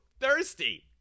thirsty